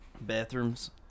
bathrooms